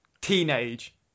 teenage